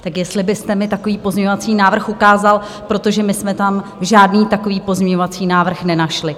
Tak jestli byste mi takový pozměňovací návrh ukázal, protože my jsme tam žádný takový pozměňovací návrh nenašli.